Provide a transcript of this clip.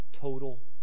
total